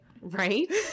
Right